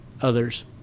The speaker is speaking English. others